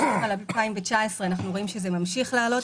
ב-2019 אנחנו רואים שזה ממשיך לעלות.